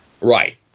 Right